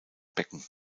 becken